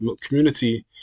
community